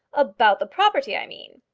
about the property i mean.